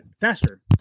faster